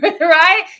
right